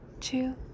two